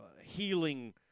healing